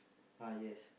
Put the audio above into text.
ah yes